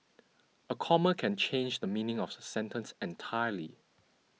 a comma can change the meaning of a sentence entirely